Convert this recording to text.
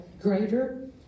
greater